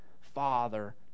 father